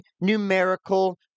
numerical